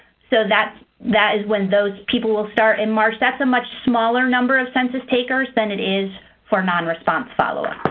so that is when those people will start in march. that's a much smaller number of census takers than it is for non-response follow up.